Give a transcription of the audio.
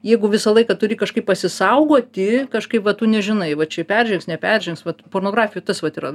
jeigu visą laiką turi kažkaip pasisaugoti kažkaip va tu nežinai va čia peržengs neperžengs vat pornografijoj tas vat yra